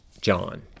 John